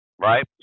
right